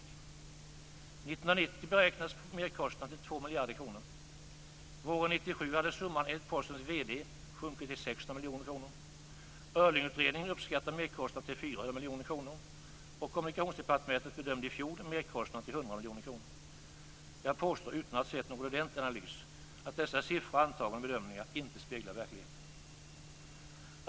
1990 beräknades merkostnaden till 2 miljarder kronor. Våren 1997 hade summan enligt Postens VD sjunkit till 600 miljoner kronor. Öhrlingutredningen uppskattar merkostnaden till 400 miljoner kronor, och Kommunikationsdepartementet bedömde i fjol merkostnaden till 100 miljoner kronor. Jag påstår, utan att ha sett någon ordentlig analys, att dessa siffror, antaganden och bedömningar inte speglar verkligheten.